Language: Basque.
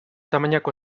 tamainako